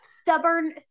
stubborn